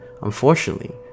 Unfortunately